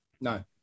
No